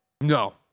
No